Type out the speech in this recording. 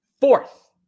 fourth